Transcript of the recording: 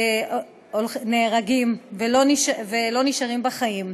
נהרגים ולא נשארים בחיים.